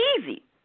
easy